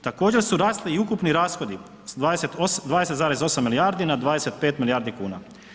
Također su rasli i ukupni rashodi sa 20,8 milijardi na 25 milijardi kuna.